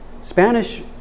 Spanish